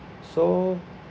so